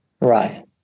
Right